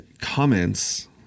comments